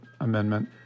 Amendment